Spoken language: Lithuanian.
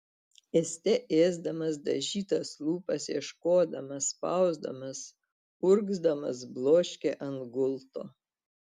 ėste ėsdamas dažytas lūpas ieškodamas spausdamas urgzdamas bloškė ant gulto